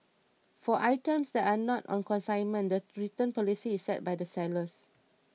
for items that are not on consignment the return policy is set by the sellers